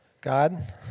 God